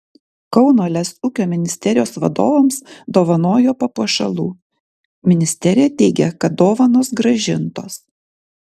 kauno lez ūkio ministerijos vadovams dovanojo papuošalų ministerija teigia kad dovanos grąžintos